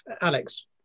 alex